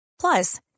Plus